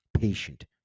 patient